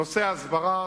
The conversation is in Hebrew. נושא ההסברה,